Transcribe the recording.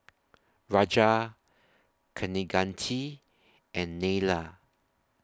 Raja Kaneganti and Neila